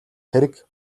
хэрэг